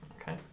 Okay